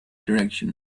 direction